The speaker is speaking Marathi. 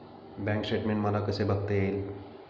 बँक स्टेटमेन्ट मला कसे बघता येईल?